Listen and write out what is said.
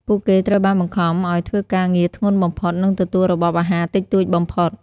ពួកគេត្រូវបានបង្ខំឱ្យធ្វើការងារធ្ងន់បំផុត និងទទួលរបបអាហារតិចតួចបំផុត។